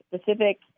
specific